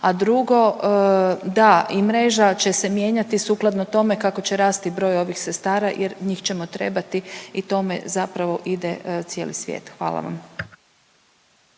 a drugo da i mreža će se mijenjati sukladno tome kako će rasti broj ovih sestara jer njih ćemo trebati i tome zapravo ide cijeli svijet. Hvala vam.